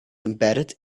embedded